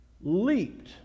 leaped